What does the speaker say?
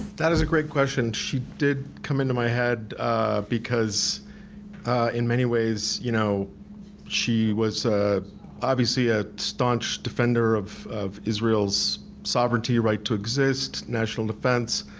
that is a great question. she did come into my head because in many ways you know she was obviously a staunch defender of of israel's sovereignty, right to exist national defense,